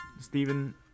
Stephen